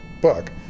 book